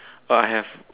oh I have